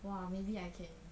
!wah! maybe I can